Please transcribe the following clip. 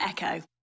Echo